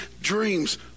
Dreams